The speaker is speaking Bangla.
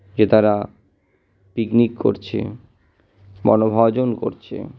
যে তারা পিকনিক করছে বনভোজন করছে